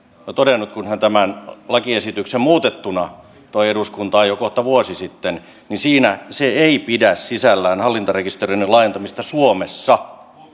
on todennut kun hän tämän lakiesityksen muutettuna toi eduskuntaan jo kohta vuosi sitten niin se ei pidä sisällään hallintarekisterin laajentamista suomessa